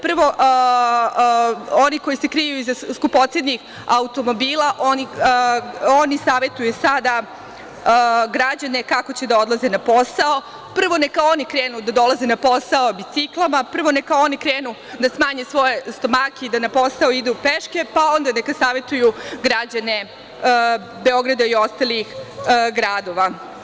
Prvo, oni koji se kriju iza skupocenih automobila sada savetuju građane kako će da odlaze na posao, neka oni krenu da dolaze na posao biciklama, prvo, neka oni krenu da smanje svoje stomake i da na posao idu peške, pa onda neka savetuju građane Beograda i ostalih gradova.